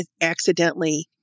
accidentally